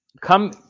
Come